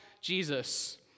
Jesus